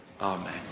Amen